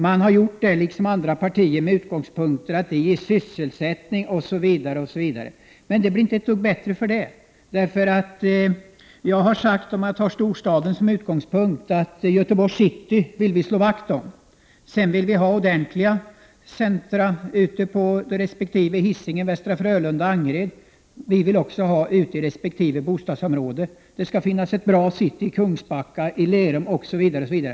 Då har man liksom inom andra partier haft den utgångspunkten att de ger sysselsättning osv., men det blir inte det minsta bättre för det. Jag har tidigare sagt, med storstaden som utgångspunkt, att vi vill slå vakt om Göteborgs city. Vi vill också ha ordentliga centra ute på Hisingen, i Västra Frölunda och i Angered liksom i resp. bostadsområden. Det skall finnas ett bra city i Kungsbacka, i Lerum osv.